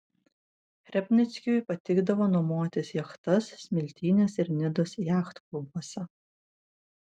hrebnickiui patikdavo nuomotis jachtas smiltynės ir nidos jachtklubuose